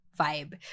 vibe